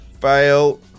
fail